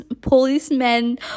policemen